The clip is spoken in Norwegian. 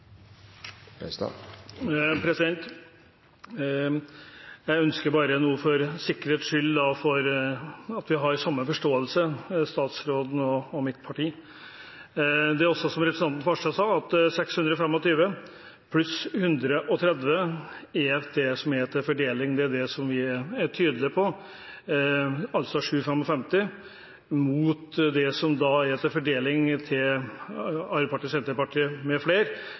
Jeg ønsker bare å være sikker på at vi har samme forståelse, statsråden og mitt parti. Som også representanten Farstad sa: Det som er til fordeling, er 625 mill. kr pluss 130 mill. kr, det er vi tydelige på, altså 755 mill. kr – mot det som er til fordeling fra Arbeiderpartiet, Senterpartiet med